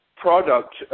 product